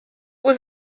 was